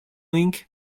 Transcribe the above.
ink